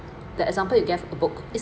the example you get a book is